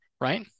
right